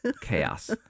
chaos